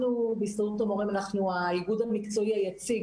בהסתדרות המורים אנחנו האיגוד המקצועי היציג